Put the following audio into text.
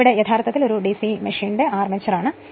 ഇത് യഥാർത്ഥത്തിൽ ഒരു ഡിസി മെഷീന്റെ ആർമേച്ചർ ആണ്